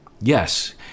yes